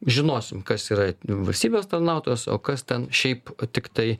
žinosim kas yra valstybės tarnautojas o kas ten šiaip tiktai